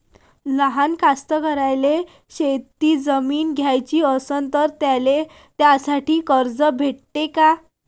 लहान कास्तकाराइले शेतजमीन घ्याची असन तर त्याईले त्यासाठी कर्ज भेटते का?